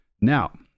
Now